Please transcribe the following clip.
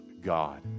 God